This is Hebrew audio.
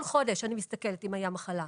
כל חודש אני מסתכלת אם הייתה מחלה,